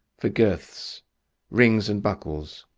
for girths rings and buckles.